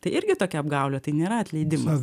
tai irgi tokia apgaulė tai nėra atleidimas